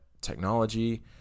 technology